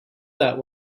that